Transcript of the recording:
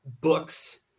books